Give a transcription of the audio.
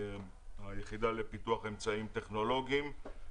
היחידה לפיתוח אמצעים טכנולוגיים.